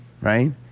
right